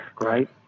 right